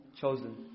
chosen